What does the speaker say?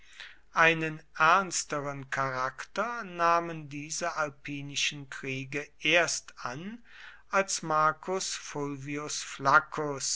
einen ernsteren charakter nahmen diese alpinischen kriege erst an als marcus